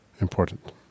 important